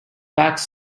bach